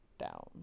down